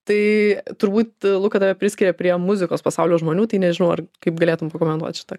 tai turbūt luka tave priskiria prie muzikos pasaulio žmonių tai nežinau ar kaip galėtum pakomentuot šitą